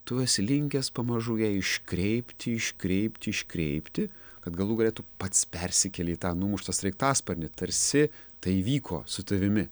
tu esi linkęs pamažu ją iškreipti iškreipti iškreipti kad galų gale tu pats persikeli į tą numuštą sraigtasparnį tarsi tai įvyko su tavimi